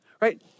right